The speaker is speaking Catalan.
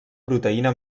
proteïna